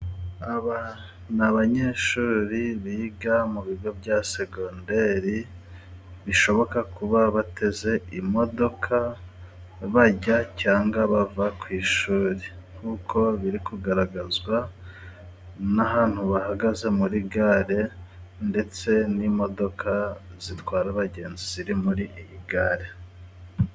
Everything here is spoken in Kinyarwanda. Aba ni abanyeshuri biga mu bigo bya seconderi, bishoboka kuba bateze imodoka bajya cyangwa bava ku ishuri. Nk'uko biri kugaragazwa n'ahantu bahagaze muri gare, ndetse n'imodoka zitwara abagenzi ziri muri iyi gare.